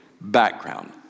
background